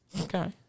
Okay